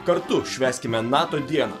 kartu švęskime nato dieną